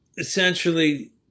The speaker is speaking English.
essentially